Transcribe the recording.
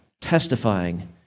testifying